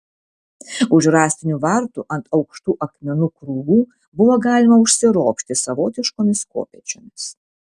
už rąstinių vartų ant aukštų akmenų krūvų buvo galima užsiropšti savotiškomis kopėčiomis